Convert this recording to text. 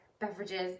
beverages